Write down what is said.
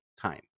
time